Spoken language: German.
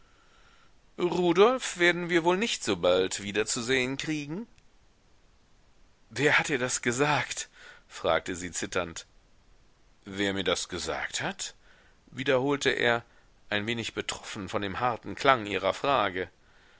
rudolf werden wir wohl nicht sobald wieder zu sehen kriegen wer hat dir das gesagt fragte sie zitternd wer mir das gesagt hat wiederholte er ein wenig betroffen von dem harten klang ihrer frage